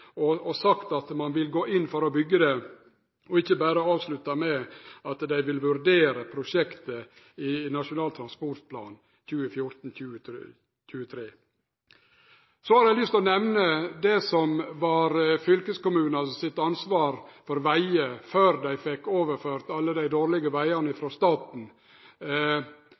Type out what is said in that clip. konkret og sagt at ein vil gå inn for å byggje dette og ikkje berre avslutte med at dei vil vurdere prosjektet i Nasjonal transportplan 2014–2023. Så har eg lyst til å nemne dei vegane som var fylkeskommunane sitt ansvar før dei fekk overført alle dei dårlege vegane frå staten.